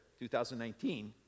2019